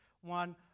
one